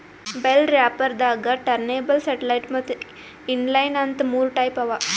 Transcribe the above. bell wrapper ದಾಗಾ turntable satellite ಮತ್ತ್ inline ಅಂತ್ ಮೂರ್ ಟೈಪ್ ಅವಾ